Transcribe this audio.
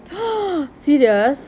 serious